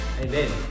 Amen